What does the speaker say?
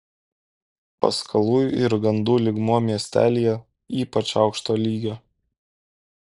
paskalų ir gandų lygmuo miestelyje ypač aukšto lygio